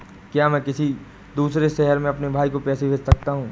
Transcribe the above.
क्या मैं किसी दूसरे शहर में अपने भाई को पैसे भेज सकता हूँ?